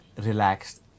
relaxed